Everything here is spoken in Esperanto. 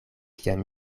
kiam